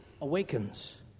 awakens